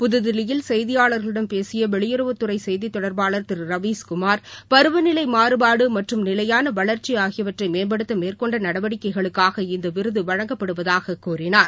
புதுதில்லியில் செய்தியாளா்களிடம் பேசிய வெளியுறவுத்துறை செய்தித் தொட்பாளா் திரு ரவீஷ் குமார் பருவநிலை மாறுபாடு மற்றும் நிலையான வளர்ச்சி ஆகியவற்றை மேம்படுத்த மேற்கொண்ட நடவடிக்கைகளுக்காக இந்த விருது வழங்கப்படுவதாக கூறினார்